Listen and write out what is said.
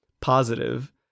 positive